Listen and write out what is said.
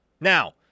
Now